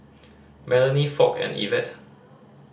Melony Foch and Ivette